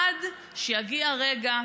עד שיגיע הרגע,